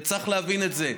וצריך להבין את זה.